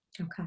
Okay